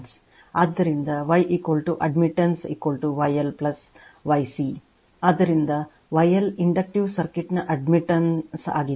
ಆದ್ದರಿಂದ Y Y ಅಡ್ಮಿಟನ್ಸ್YL YC ಆದ್ದರಿಂದ YLಇಂಡಕ್ಟಿವ್ ಸರ್ಕ್ಯೂಟ್ ನ ಅಡ್ಮಿಟ್ ಆಗಿದೆ